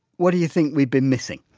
what do you think we've been missing?